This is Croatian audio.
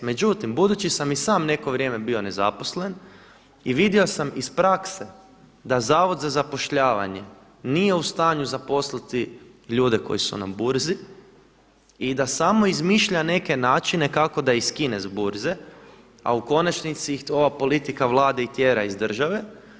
Međutim, budući sam i sam neko vrijeme bio nezaposlen i vidio sam iz prakse da Zavod za zapošljavanje nije u stanju zaposliti ljudi koji su na burzi i da samo izmišlja neke načine kako da ih skine s burze, a u konačnici ih ova politika Vlade i tjera iz države.